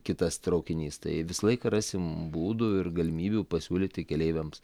kitas traukinys tai visą laiką rasim būdų ir galimybių pasiūlyti keleiviams